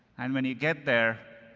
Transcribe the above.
and when you get there,